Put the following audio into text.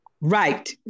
Right